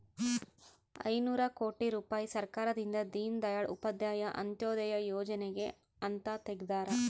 ಐನೂರ ಕೋಟಿ ರುಪಾಯಿ ಸರ್ಕಾರದಿಂದ ದೀನ್ ದಯಾಳ್ ಉಪಾಧ್ಯಾಯ ಅಂತ್ಯೋದಯ ಯೋಜನೆಗೆ ಅಂತ ತೆಗ್ದಾರ